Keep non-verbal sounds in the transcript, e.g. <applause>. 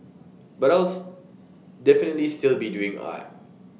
but <unintelligible> definitely still be doing art